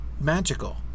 magical